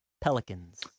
Pelicans